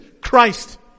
Christ